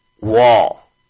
wall